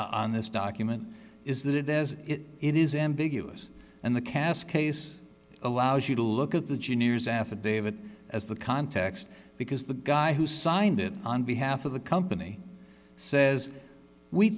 this document is that it as it is ambiguous and the cascade allows you to look at the junior's affidavit as the context because the guy who signed it on behalf of the company says we